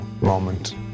moment